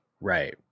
Right